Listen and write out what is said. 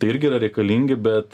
tai irgi yra reikalingi bet